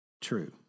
true